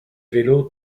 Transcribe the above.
vélos